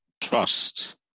trust